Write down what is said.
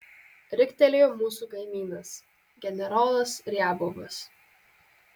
riktelėjo mūsų kaimynas generolas riabovas